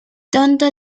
tonto